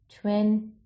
twenty